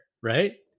right